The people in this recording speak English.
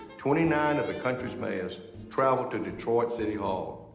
twenty nine of the country's mayors traveled to detroit city hall.